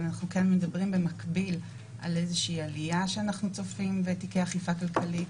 אבל אנחנו כן מדברים במקביל על עלייה שאנחנו צופים בתיקי אכיפה כלכלית,